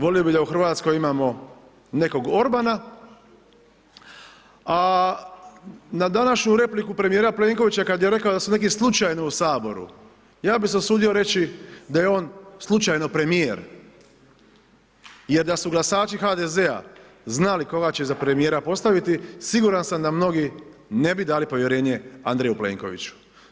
Volio bih da u Hrvatskoj imamo nekog Orbana, a na današnju repliku premijera Plenkovića kad je rekao da su neki slučajno u Saboru, ja bih se usudio reći da je on slučajno premijer jer da su glasači HDZ-a znali koga će za premijera postaviti, siguran sam da mnogi ne bi dali povjerenje Andreju Plenkoviću.